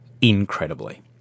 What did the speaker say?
incredibly